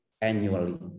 annually